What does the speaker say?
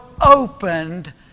opened